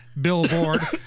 billboard